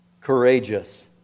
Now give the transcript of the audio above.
courageous